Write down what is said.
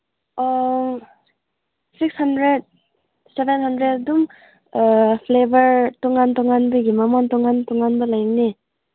six hundred seven hundred ꯑꯗꯨꯝ flavour ꯇꯣꯉꯥꯟ ꯇꯣꯉꯥꯟꯕꯒꯤ ꯃꯃꯟ ꯇꯣꯉꯥꯟ ꯇꯣꯉꯥꯟꯕ ꯂꯩꯕꯅꯤ